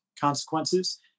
consequences